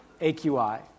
AQI